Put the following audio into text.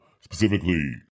specifically